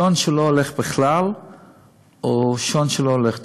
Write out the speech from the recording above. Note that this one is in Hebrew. שעון שלא הולך בכלל או שעון שלא הולך טוב?